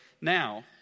now